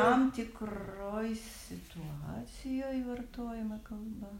tam tikroj situacijoj vartojama kalba